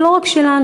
ולא רק שלנו.